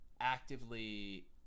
actively